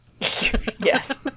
Yes